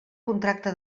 contracte